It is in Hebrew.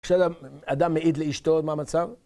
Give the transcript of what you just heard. עכשיו אדם מעיד לאשתו עוד מה המצב?